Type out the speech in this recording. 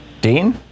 Dean